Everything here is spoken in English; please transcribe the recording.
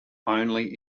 only